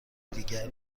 دیگر